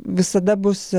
visada bus